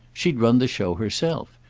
she'd run the show herself,